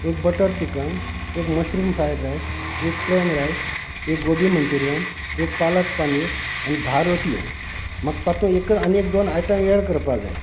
एक butter chicken एक mushroom fried rice एक प्लॅन रायस एक गोबी मंच्युरीयन एक पालक पनीर आनी धा रोटयो म्हाका तातूंत आनी दोन आयटम एड करपा जाय